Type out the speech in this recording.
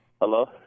Hello